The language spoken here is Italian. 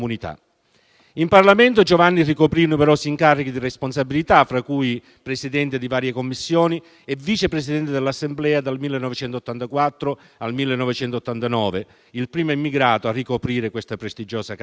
In Parlamento Giovanni ricoprì numerosi incarichi di responsabilità, fra cui Presidente di varie Commissioni e Vice Presidente dell'Assemblea dal 1984 al 1989, il primo immigrato a ricoprire questa prestigiosa carica.